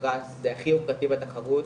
פרס הכי יוקרתי בתחרות,